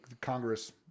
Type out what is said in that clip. Congress